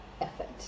effort